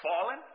fallen